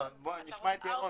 נשמע את ירון.